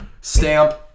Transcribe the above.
Stamp